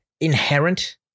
inherent